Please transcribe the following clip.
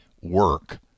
work